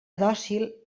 dòcil